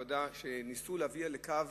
וניסו להביא לקו,